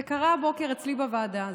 זה קרה הבוקר אצלי בוועדה.